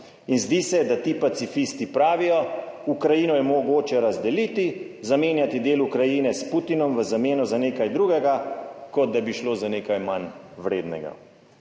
zdi se, da ti pacifisti pravijo, Ukrajino je mogoče razdeliti, zamenjati del Ukrajine s Putinom v zameno za nekaj drugega, kot da bi šlo za nekaj manj vrednega.